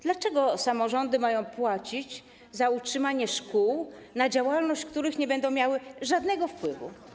Dlaczego samorządy mają płacić za utrzymanie szkół, na działalność których nie będą miały żadnego wpływu?